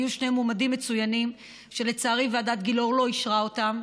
היו שני מועמדים מצוינים שלצערי ועדת גילאור לא אישרה אותם.